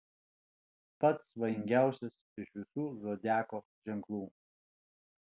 pats svajingiausias iš visų zodiako ženklų